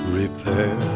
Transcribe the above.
repair